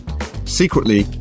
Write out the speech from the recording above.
Secretly